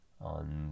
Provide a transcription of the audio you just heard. On